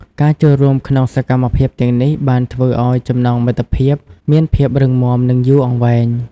ការចូលរួមក្នុងសកម្មភាពទាំងនេះបានធ្វើឱ្យចំណងមិត្តភាពមានភាពរឹងមាំនិងយូរអង្វែង។